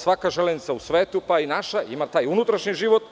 Svaka železnica u svetu, pa i naša, ima taj unutrašnji život,